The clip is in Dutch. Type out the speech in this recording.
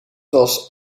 was